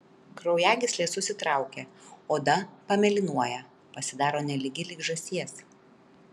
kraujagyslės susitraukia oda pamėlynuoja pasidaro nelygi lyg žąsies